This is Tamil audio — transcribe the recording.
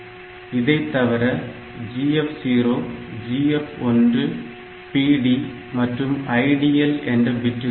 இதைத் தவிர GF0 GF1 PD மற்றும் IDL என்ற பிட்டுகளும் உண்டு